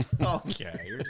Okay